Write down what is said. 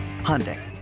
Hyundai